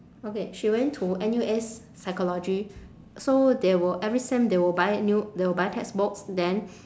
okay she went to N_U_S psychology so they will every sem they will buy new they will buy textbooks then